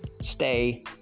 stay